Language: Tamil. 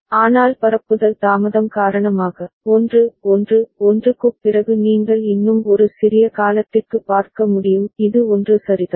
ஆனால் பரப்புதல் தாமதம் காரணமாக 1 1 1 க்குப் பிறகு நீங்கள் இன்னும் ஒரு சிறிய காலத்திற்கு பார்க்க முடியும் இது 1 சரிதான்